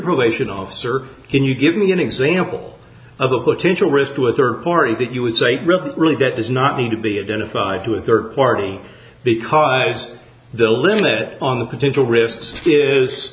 probation officer can you give me an example of a potential risk to a third party that you would say really that does not need to be identified to a third party because the limit on the potential rift is